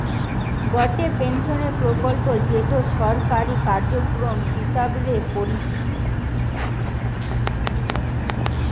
গটে পেনশনের প্রকল্প যেটো সরকারি কার্যক্রম হিসবরে পরিচিত